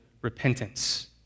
Repentance